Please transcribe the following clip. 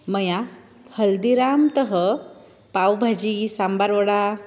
मया हल्दिरामतः पाव्भाजि साम्बार् वडा